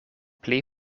pli